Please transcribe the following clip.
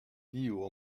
view